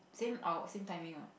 same our~ same timing